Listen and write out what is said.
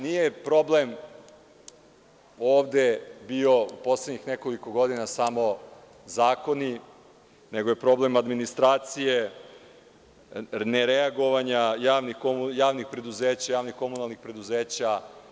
Nisu problemi ovde bio u poslednjih nekoliko godina samo zakoni, nego i problem administracije, ne reagovanja javnih komunalnih preduzeća.